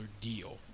deal